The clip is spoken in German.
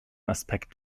aspekt